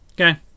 Okay